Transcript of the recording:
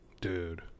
Dude